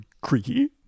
creaky